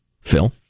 Phil